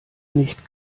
nicht